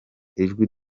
ijwi